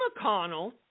McConnell